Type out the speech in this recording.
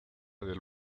del